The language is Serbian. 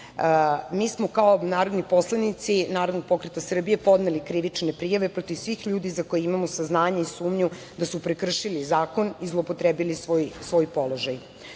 smo kao narodni poslanici Narodnog pokreta Srbije podneli krivične prijave protiv svih ljudi za koje imamo saznanje i sumnju da su prekršili zakon i zloupotrebili svoj položaj. Zanima